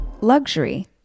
Luxury